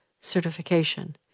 certification